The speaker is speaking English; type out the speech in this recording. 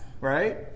right